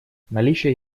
наличие